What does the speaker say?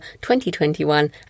2021